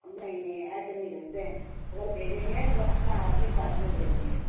نہیں نہیں ایسے نہیں بھیجتے اگر بھیجیں گے تو اپنا آدمی ساتھ میں بھیجیں گے